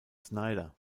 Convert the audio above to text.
snyder